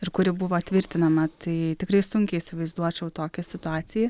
ir kuri buvo tvirtinama tai tikrai sunkiai įsivaizduočiau tokią situaciją